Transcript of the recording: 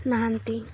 ନାହାନ୍ତି